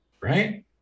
right